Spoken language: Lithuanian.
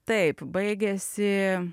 taip baigėsi